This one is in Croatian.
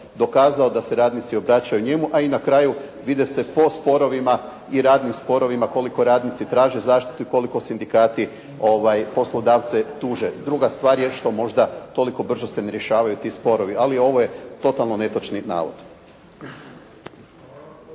dokazao da se radnici obraćaju njemu, a i na kraju vide se po sporovima i radnim sporovima koliko radnici traže zaštitu i koliko sindikati poslodavce tuže. Druga stvar je što možda toliko brzo se ne rješavaju ti sporovi, ali ovo je totalno netočni navod.